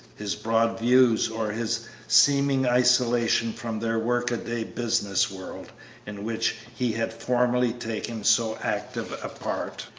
his broad views, or his seeming isolation from their work-a-day, business world in which he had formerly taken so active a part.